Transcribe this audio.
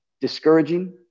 discouraging